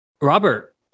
Robert